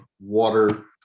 water